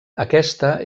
aquesta